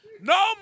no